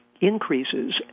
increases